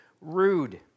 rude